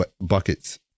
buckets